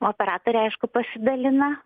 operatoriai aišku pasidalina